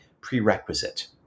prerequisite